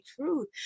truth